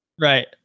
right